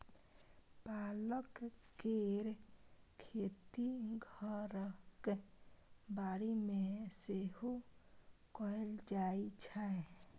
पालक केर खेती घरक बाड़ी मे सेहो कएल जाइ छै